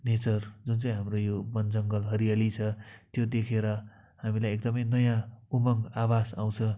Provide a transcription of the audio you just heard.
nature जुन चाहिँ हाम्रो यो बन जङ्गल हरियाली छ त्यो देखेर हामीलाई एकदमै नयाँ उमङ्ग आभास आउँछ